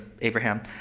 Abraham